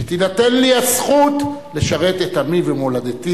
שתינתן לי הזכות לשרת את עמי ומולדתי